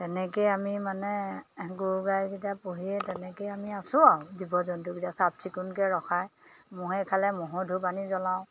তেনেকেই আমি মানে গৰু গাইকিটা পুহিয়ে তেনেকে আমি আছোঁ আও জীৱ জন্তুকিটা চাফ চিকুণকে ৰখায় মহে খালে মহ আনি জ্বলাওঁ